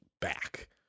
back